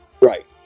Right